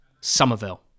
Somerville